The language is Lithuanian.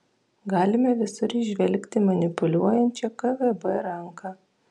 galime visur įžvelgti manipuliuojančią kgb ranką